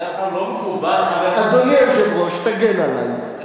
בדרך כלל לא מקובל, אדוני היושב-ראש, תגן עלי.